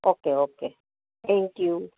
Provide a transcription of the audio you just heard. okay okay thank you